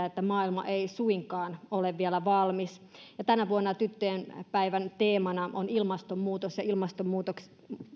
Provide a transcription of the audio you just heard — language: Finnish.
että maailma ei suinkaan ole vielä valmis tänä vuonna tyttöjen päivän teemana on ilmastonmuutos ja ilmastonmuutoksen